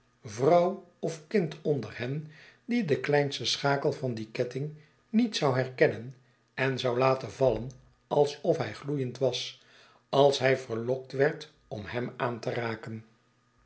vrouw of kind onder hen die de kleinste schakel van dien ketting niet zou herkennen en zou laten vallen alsof hij gloeiend was als hij verlokt werd om hem aan te raken